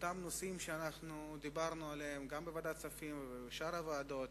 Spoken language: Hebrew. אותם נושאים שדיברנו עליהם גם בוועדת הכספים ובשאר הוועדות